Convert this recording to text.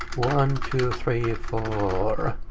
one, two, three, four.